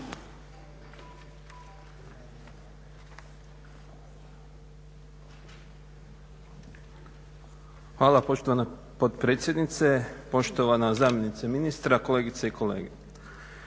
Hvala poštovana potpredsjednice, poštovana zamjenice ministra, kolegice i kolege.